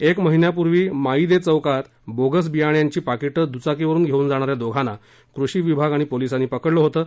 एक महिन्यापूर्वी माईदे चौकात बोगस बियाण्यांची पाकिटं दुचाकीवरून घेऊन जाणाऱ्या दोघांना कृषी विभाग आणि पोलिसांनी पकडलं होतं